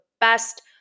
best